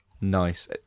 Nice